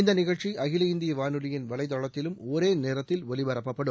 இந்த நிகழ்ச்சி அகில இந்திய வானொலியின் வலை தளத்திலும் ஒரே நேரத்தில் ஒலிபரப்பப்படும்